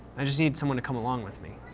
i just need someone to come along with me.